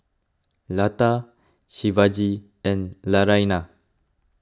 Lata Shivaji and Naraina